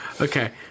Okay